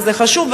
וזה חשוב,